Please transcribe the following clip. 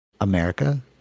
America